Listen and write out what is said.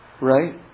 Right